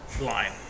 line